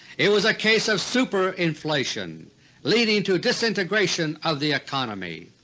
it was a case of super-inflation leading to disintegration of the economy.